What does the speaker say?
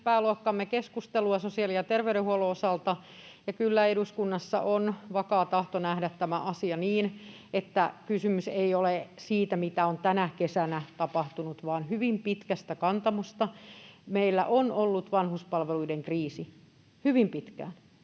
pääluokkamme keskustelua sosiaali- ja terveydenhuollon osalta, ja kyllä eduskunnassa on vakaa tahto nähdä tämä asia niin, että kysymys ei ole siitä, mitä on tänä kesänä tapahtunut, vaan hyvin pitkästä kantamasta. Meillä on ollut vanhuspalveluiden kriisi hyvin pitkään.